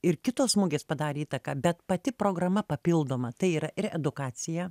ir kitos mugės padarė įtaką bet pati programa papildoma tai yra ir edukacija